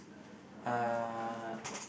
uh